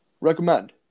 recommend